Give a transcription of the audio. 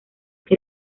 que